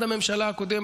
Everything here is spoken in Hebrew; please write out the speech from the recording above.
עד הממשלה הקודמת.